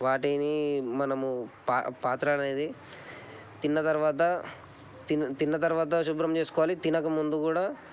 వాటిని మనము పాత్ర అనేది తిన్న తర్వాత తిన్న తర్వాత శుభ్రం చేసుకోవాలి తినక ముందు కూడా